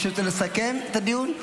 שרוצה לסכם את הדיון?